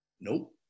nope